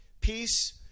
Peace